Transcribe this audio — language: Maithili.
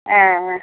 एँह